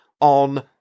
on